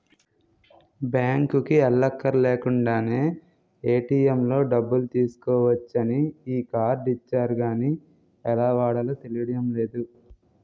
బాంకుకి ఎల్లక్కర్లేకుండానే ఏ.టి.ఎం లో డబ్బులు తీసుకోవచ్చని ఈ కార్డు ఇచ్చారు గానీ ఎలా వాడాలో తెలియడం లేదు